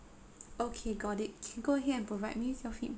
okay got it can go ahead and provide me your feedback